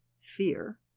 fear